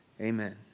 Amen